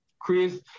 Chris